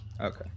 Okay